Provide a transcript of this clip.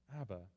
Abba